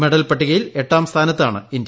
medal പട്ടികയിൽ എട്ടാം സ്ഥാനത്ത് ഇന്ത്യ